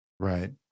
Right